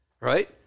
right